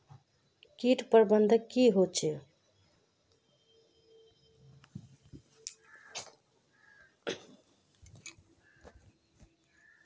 किट प्रबन्धन की होचे?